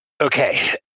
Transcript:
Okay